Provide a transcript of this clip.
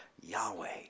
Yahweh